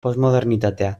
posmodernitatea